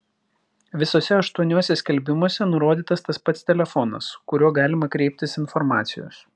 visuose aštuoniuose skelbimuose nurodytas tas pats telefonas kuriuo galima kreiptis informacijos